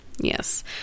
Yes